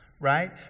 right